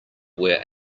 where